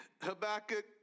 Habakkuk